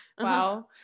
wow